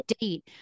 date